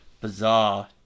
bizarre